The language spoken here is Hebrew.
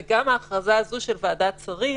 וגם ההכרזה של ועדת שרים